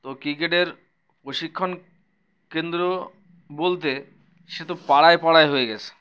তো ক্রিকেটের প্রশিক্ষণ কেন্দ্র বলতে সে তো পাড়ায় পাড়ায় হয়ে গিয়েছে